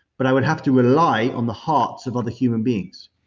but i would have to rely on the hearts of other human beings.